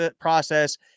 process